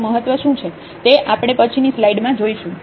તે આપણે પછીની સ્લાઈડ માં જોશું